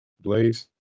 Blaze